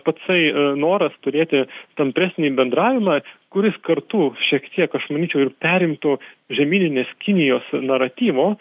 patsai noras turėti tampresnį bendravimą kuris kartu šiek tiek aš manyčiau ir perimtų žemyninės kinijos naratyvo